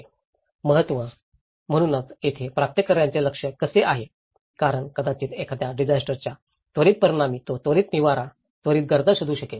महत्त्व म्हणूनच येथे प्राप्तकर्त्याचे लक्ष कसे आहे कारण कदाचित एखाद्या डिजास्टरच्या त्वरित परिणामी तो त्वरित निवारा त्वरित गरज शोधू शकेल